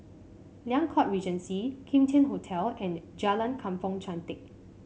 Liang Court Regency Kim Tian Hotel and Jalan Kampong Chantek